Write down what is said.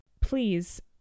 Please